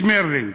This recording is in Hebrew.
שמרלינג,